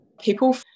people